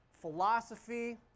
philosophy